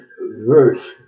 verse